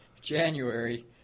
January